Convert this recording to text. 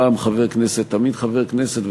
פעם חבר כנסת תמיד חבר כנסת,